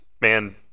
man